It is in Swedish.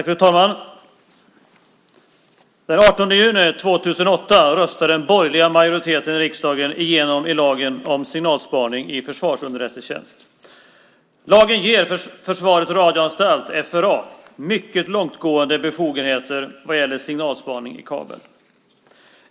Fru talman! Den 18 juni 2008 röstade den borgerliga majoriteten i riksdagen igenom lagen om signalspaning i försvarsunderrättelsetjänst. Lagen ger Försvarets radioanstalt, FRA, mycket långtgående befogenheter vad gäller signalspaning i kabel.